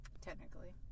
Technically